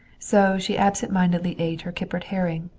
so she absent-mindedly ate her kippered herring,